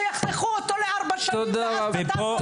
שיחתכו אותו לארבע שנים --- תודה רבה.